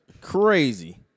Crazy